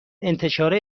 انتشار